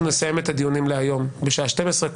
אנחנו נסיים את הדיונים להיום בשעה 12:00,